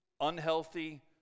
unhealthy